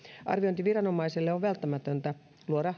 arviointiviranomaiselle on välttämätöntä